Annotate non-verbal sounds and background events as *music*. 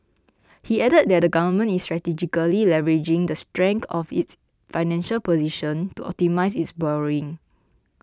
he added that the Government is strategically leveraging the *unintelligible* of its financial position to optimise its borrowing